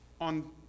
on